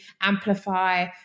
amplify